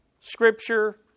Scripture